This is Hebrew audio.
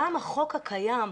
גם החוק הקיים,